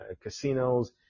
casinos